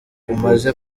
umaze